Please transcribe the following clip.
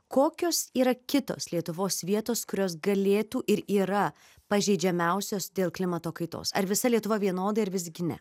kokios yra kitos lietuvos vietos kurios galėtų ir yra pažeidžiamiausios dėl klimato kaitos ar visa lietuva vienodai ar visgi ne